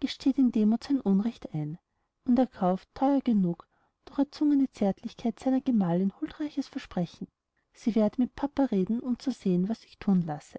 gesteht in demuth sein unrecht ein und erkauft theuer genug durch erzwungene zärtlichkeiten seiner gemalin huldreiches versprechen sie werde mit papa reden um zu sehen was sich thun lasse